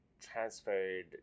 transferred